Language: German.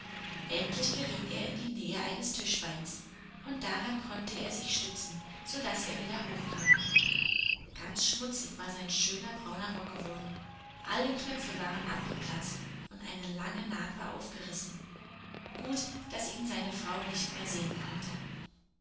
endlich geriet er in die nähe eines tischbeins und daran konnte er sich stützen so daß er wieder hochkam ganz schmutzig war sein schöner brauner rock geworden alle knöpfe waren abgeplatzt und eine lange naht war aufgerissen gut daß ihn seine frau nicht mehr sehen konnte